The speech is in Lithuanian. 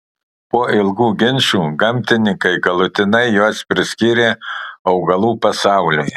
po ilgų ginčų gamtininkai galutinai juos priskyrė augalų pasauliui